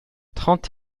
trente